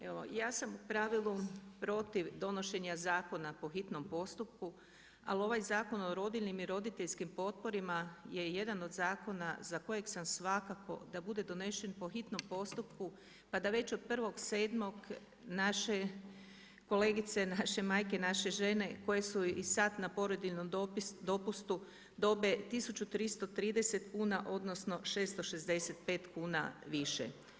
Evo ja sam u pravilu protiv donošenja zakona po hitnom postupku, ali ovaj Zakon o rodiljnim i roditeljskim potporama je jedan od zakona za kojeg sam svakako da bude donesen po hitnom postupku pa da već od 1.7. naše kolegice, naše majke, naše žene koje su i sada na porodiljnom dopustu dobe 1330 kuna odnosno 665 kuna više.